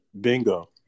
Bingo